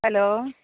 hello